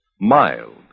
mild